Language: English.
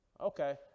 Okay